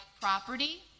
property